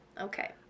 okay